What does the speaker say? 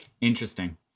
Interesting